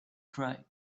cry